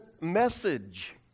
message